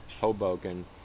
Hoboken